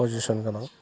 position गोनां